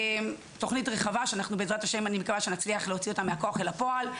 תוכנית רחבה שבעזרת השם נצליח להוציא אותה מהכוח אל הפועל.